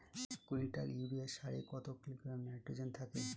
এক quintal urea সারে কত কিলোগ্রাম নাইট্রোজেন থাকে?